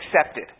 accepted